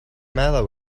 matter